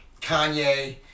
Kanye